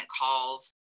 calls